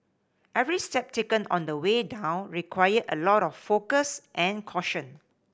every step taken on the way down required a lot of focus and caution